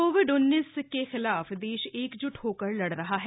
Covid महामारी के खिलाफ देश एकजुट होकर लड़ रहा है